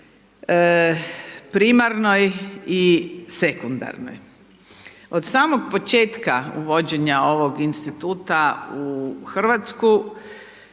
primarnoj i sekundarnoj. Od samog početka uvođenja ovog instituta u RH, a